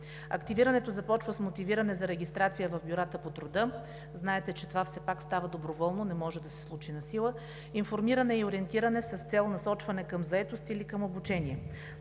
Активирането започва с мотивиране за регистрация в бюрата по труда – знаете, че това все пак става доброволно и не може да се случи насила, информиране и ориентиране, с цел насочване към заетост или към обучение.